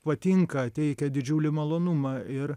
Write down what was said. patinka teikia didžiulį malonumą ir